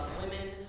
women